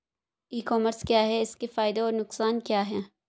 ई commerce क्या है इसके फायदे और नुकसान क्या है?